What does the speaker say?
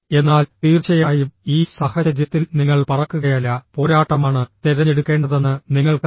എന്നാൽ തീർച്ചയായും ഈ സാഹചര്യത്തിൽ നിങ്ങൾ പറക്കുകയല്ല പോരാട്ടമാണ് തിരഞ്ഞെടുക്കേണ്ടതെന്ന് നിങ്ങൾക്കറിയാം